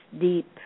deep